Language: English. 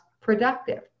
productive